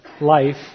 life